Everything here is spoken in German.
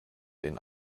den